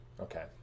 okay